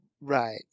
Right